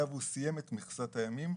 היה והוא סיים את מכסת הימים,